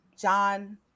John